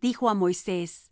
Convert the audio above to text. dijo á moisés